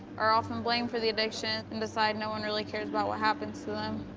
are often blamed for the addiction and decide no one really cares about what happens to them.